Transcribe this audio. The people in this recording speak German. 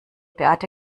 beate